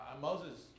Moses